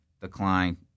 decline